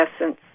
essence